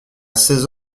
seize